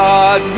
God